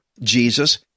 Jesus